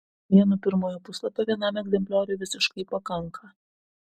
vieno pirmojo puslapio vienam egzemplioriui visiškai pakanka